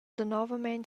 danovamein